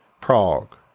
Prague